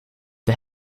the